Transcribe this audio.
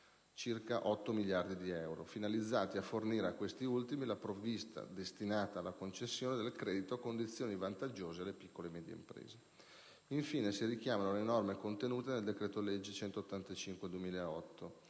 a 8 miliardi di euro), finalizzati a fornire a questi ultimi la provvista destinata alla concessione del credito a condizioni vantaggiose alle piccole e medie imprese. Infine, si richiamano le norme contenute nel decreto-legge n.